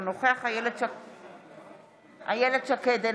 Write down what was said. אינו נוכח איילת שקד,